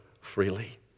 freely